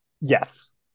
Yes